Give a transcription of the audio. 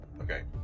Okay